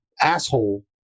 asshole